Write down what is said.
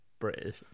British